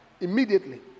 Immediately